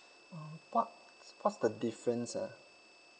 err what what's the difference ah